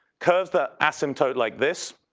curves that asymptote like this,